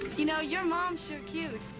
you know, your mom's sure cute.